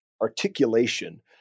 articulation